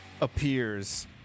appears